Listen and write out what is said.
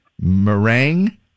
meringue